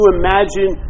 imagine